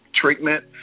treatment